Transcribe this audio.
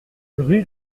rue